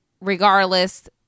regardless